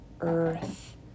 earth